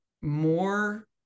more